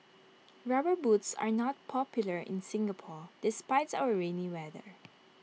rubber boots are not popular in Singapore despite our rainy weather